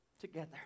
together